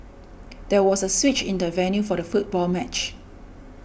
there was a switch in the venue for the football match